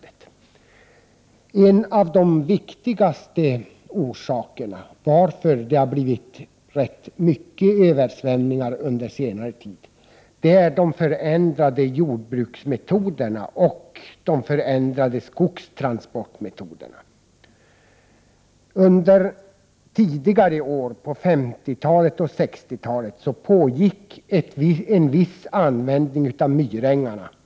En av de viktigaste orsakerna till att det har blivit rätt mycket översvämningar under senare år är de förändrade jordbruksmetoderna och de förändrade skogstransportmetoderna. På 1950 och 1960-talen pågick en viss användning av myrängarna.